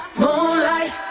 moonlight